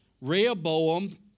Rehoboam